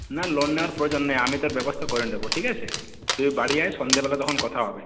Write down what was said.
না লোন নেওয়ার প্রয়োজন নেই আমি তোর ব্যবস্থা করে নেবো ঠিক আছে তুই বাড়ি আয় সন্ধ্যেবেলা তখন কথা হবে